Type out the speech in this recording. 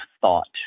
thought